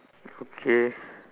okay